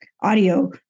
audio